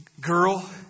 girl